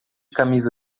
camisa